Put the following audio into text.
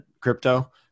crypto